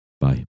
Bye